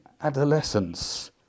adolescence